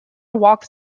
walked